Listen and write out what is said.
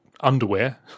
underwear